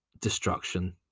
destruction